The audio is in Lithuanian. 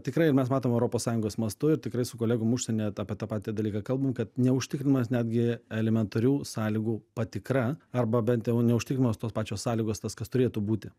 tikrai mes matom europos sąjungos mastu ir tikrai su kolegom užsienyje apie tą patį dalyką kalbam kad neužtikrinamas netgi elementarių sąlygų patikra arba bent jau neužtikrinamos tos pačios sąlygos tas kas turėtų būti